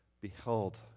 Beheld